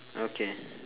okay